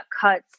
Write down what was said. cuts